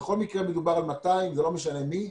בכל מקרה מדובר על 200 ולא משנה מי.